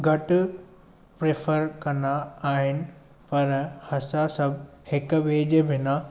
घटि प्रिफर कंदा आहिनि पर असां सभु हिकु ॿिए जे बिना